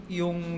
yung